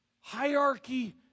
hierarchy